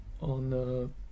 on